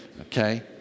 okay